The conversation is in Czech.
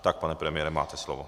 Tak, pane premiére, máte slovo.